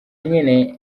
nyene